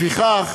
לפיכך,